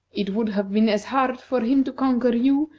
it would have been as hard for him to conquer you,